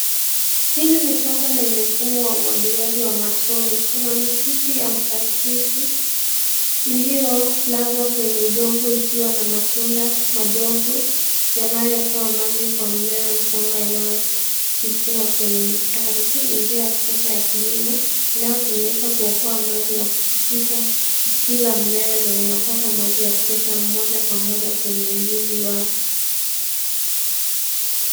Hili ni shamba lenye mfumo wa umwagiliaji wa matone. Kuna mishipi ya plastiki iliyolazwa kwenye udongo ikiwa na matunda madogo yanayotoa maji kwa mmea mchanga inayochipua kwenye mstari. Hii ni njia ya kisasa ya kilimo inayotumika kuokoa maji na kushikisha kila mmea na unapata maji ya kutosha moja kwa moja kwenye mzizi wake.